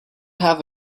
have